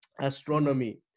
astronomy